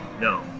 No